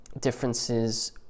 differences